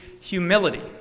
humility